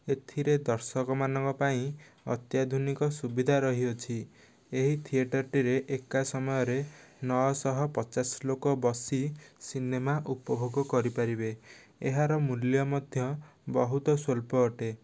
ଏଥିରେ ଦର୍ଶକମାନଙ୍କ ପାଇଁ ଅତ୍ୟାଧୁନିକ ସୁବିଧା ରହିଅଛି ଏହି ଥିଏଟରଟିରେ ଏକା ସମୟରେ ନଅଶହ ପଚାଶ ଲୋକ ବସି ସିନେମା ଉପଭୋଗ କରିପାରିବେ ଏହାର ମୂଲ୍ୟ ମଧ୍ୟ ବହୁତ ସ୍ଵଳ୍ପ ଅଟେ